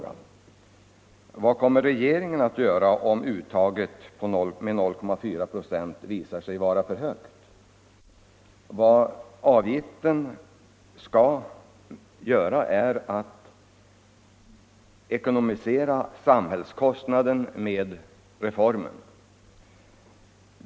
Avsikten med avgiften är att ekonomisera samhällskostnaden för reformen.